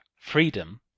freedom